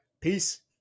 Peace